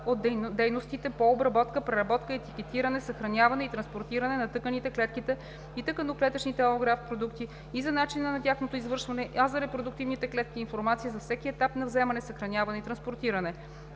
от дейностите по обработка, преработка, етикетиране, съхраняване и транспортиране на тъканите, клетките и тъканно-клетъчните алографт продукти и за начина на тяхното извършване, а за репродуктивните клетки – информация за всеки етап на вземане, съхраняване и транспортиране;